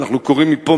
ואנחנו קוראים מפה,